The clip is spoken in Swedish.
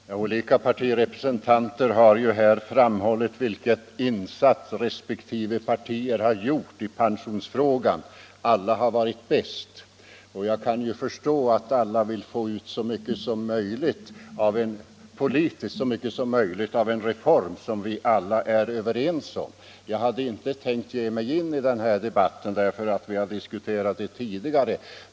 Herr talman! Olika partirepresentanter har här framhållit vilken insats respektive partier har gjort i pensionsfrågan. Alla har varit bäst. Jag kan förstå att alla politiskt vill få ut så mycket som möjligt av en reform som vi alla är överens om. Jag hade inte tänkt ge mig in i den här debatten därför att vi har diskuterat detta tidigare.